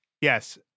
Yes